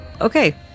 Okay